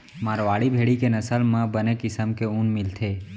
मारवाड़ी भेड़ी के नसल म बने किसम के ऊन मिलथे